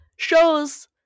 shows